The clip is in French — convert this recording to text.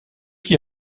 qui